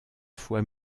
fois